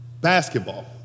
basketball